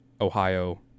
Ohio